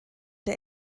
der